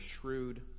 shrewd